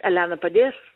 elena padės